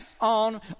on